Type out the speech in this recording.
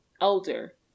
elder